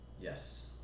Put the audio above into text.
yes